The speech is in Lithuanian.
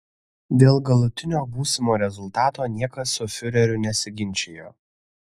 dėl galutinio būsimo rezultato niekas su fiureriu nesiginčijo